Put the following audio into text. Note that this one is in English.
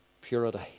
purity